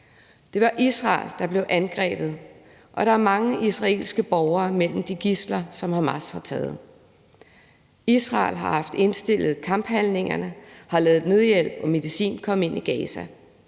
Det var Israel, der blev angrebet, og der er mange israelske borgere mellem de gidsler, som Hamas har taget. Israel har haft indstillet kamphandlingerne, har ladet nødhjælp og medicin komme ind i Gaza.